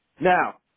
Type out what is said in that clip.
Now